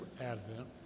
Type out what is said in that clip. Advent